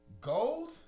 Gold